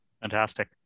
Fantastic